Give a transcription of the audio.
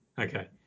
Okay